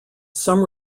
some